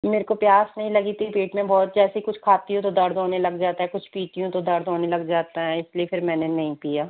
मुझे प्यास नहीं लगी थी पेट में बहुत जैसे ही कुछ खाती हूँ तो दर्द होने लग जाता है कुछ पीती हूँ तो दर्द होने लग जाता है इसलिए फिर मैंने नहीं पिया